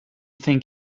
think